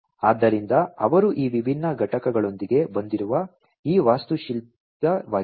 ಆದ್ದರಿಂದ ಅವರು ಈ ವಿಭಿನ್ನ ಘಟಕಗಳೊಂದಿಗೆ ಬಂದಿರುವ ಈ ವಾಸ್ತುಶಿಲ್ಪವಾಗಿದೆ